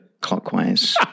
clockwise